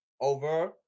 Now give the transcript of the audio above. over